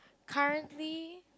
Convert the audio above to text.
currently